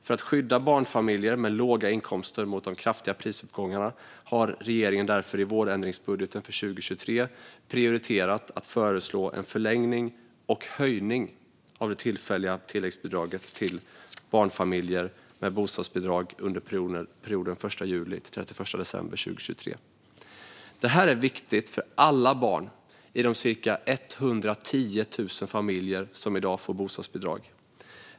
För att skydda barnfamiljer med låga inkomster mot de kraftiga prisuppgångarna har regeringen därför i vårändringsbudgeten för 2023 prioriterat att föreslå en förlängning och höjning av det tillfälliga tilläggsbidraget till barnfamiljer med bostadsbidrag under perioden 1 juli-31 december 2023. Det här är viktigt för alla barn i de cirka 110 000 familjer som i dag får bostadsbidrag.